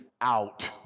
out